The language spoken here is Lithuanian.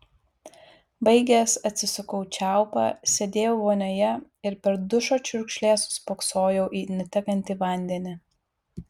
baigęs atsisukau čiaupą sėdėjau vonioje ir per dušo čiurkšles spoksojau į nutekantį vandenį